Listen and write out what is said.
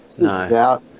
No